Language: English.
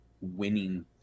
winning